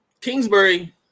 Kingsbury